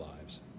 lives